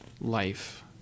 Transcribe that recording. life